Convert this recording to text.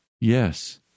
Yes